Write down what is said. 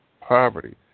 poverty